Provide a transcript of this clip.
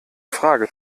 frage